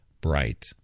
bright